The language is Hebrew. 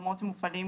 ועל ארבעה לא אשיבנו,